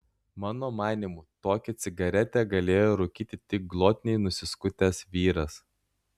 mano manymu tokią cigaretę galėjo rūkyti tik glotniai nusiskutęs vyras